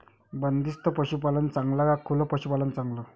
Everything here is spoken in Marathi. बंदिस्त पशूपालन चांगलं का खुलं पशूपालन चांगलं?